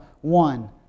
one